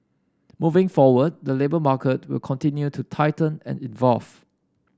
moving forward the labour market will continue to tighten and evolve